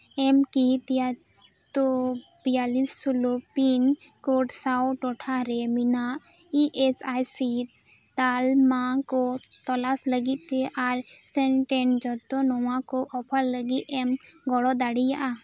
ᱮᱢ ᱠᱤ ᱛᱤᱭᱟᱛᱛᱳᱨ ᱵᱤᱭᱟᱞᱞᱤᱥ ᱥᱳᱞᱳ ᱯᱤᱱ ᱠᱳᱰ ᱥᱟᱶ ᱴᱚᱴᱷᱟᱨᱮ ᱢᱮᱱᱟᱜ ᱤ ᱮᱥ ᱟᱭ ᱥᱤ ᱛᱟᱞᱢᱟ ᱠᱚ ᱛᱚᱞᱟᱥ ᱞᱟᱹᱜᱤᱫᱼᱛᱮ ᱟᱨ ᱠᱮᱱᱴᱮᱱ ᱡᱚᱛᱚ ᱱᱚᱣᱟ ᱠᱚ ᱚᱯᱷᱟᱨ ᱞᱟᱹᱜᱤᱫ ᱮᱢ ᱜᱚᱲᱚ ᱫᱟᱲᱮᱭᱟᱜᱼᱟ